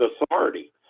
authority